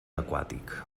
aquàtic